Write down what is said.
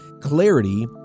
clarity